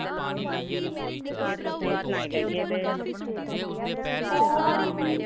phone